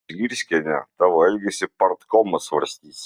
zgirskiene tavo elgesį partkomas svarstys